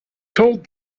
told